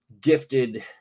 gifted